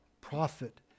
prophet